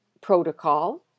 protocol